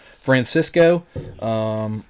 Francisco